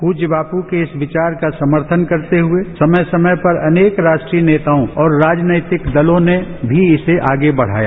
पूज्य बापू के इस विचार का समर्थन करते हुए समय समय पर अनेक राष्ट्रीय नेताओं और राजनैतिक दलों ने भी इसे आगे बढ़ाया